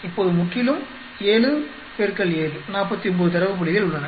இப்போது முற்றிலும் 7 X 7 49 தரவு புள்ளிகள் உள்ளன